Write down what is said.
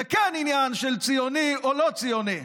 זה כן עניין של ציוני או לא ציוני.